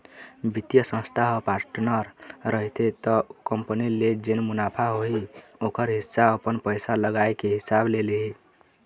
बित्तीय संस्था ह पार्टनर रहिथे त ओ कंपनी ले जेन मुनाफा होही ओखर हिस्सा अपन पइसा लगाए के हिसाब ले लिही